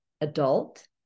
adult